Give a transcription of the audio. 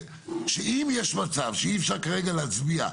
שאם יש מצב שאי אפשר כרגע להצביע,